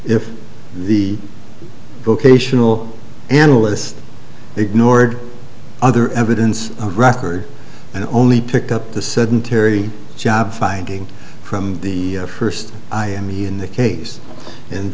if the vocational analysts ignored other evidence of record and only picked up the sedentary job finding from the first in the case and